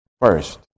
first